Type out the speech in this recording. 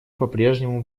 попрежнему